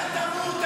אתה תמות,